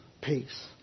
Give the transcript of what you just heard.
Peace